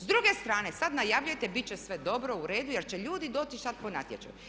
S druge strane, sad najavljujete bit će sve dobro, u redu jer će ljudi doći sad po natječaju.